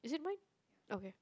is it mine okay